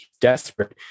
desperate